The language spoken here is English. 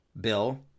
bill